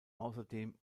außerdem